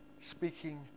speaking